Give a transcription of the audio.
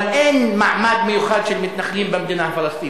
אבל אין מעמד מיוחד של מתנחלים במדינה הפלסטינית.